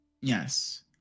Yes